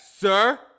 Sir